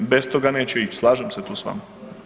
Bez tog neće ići, slažem se tu s vama.